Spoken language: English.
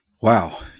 Wow